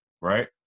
right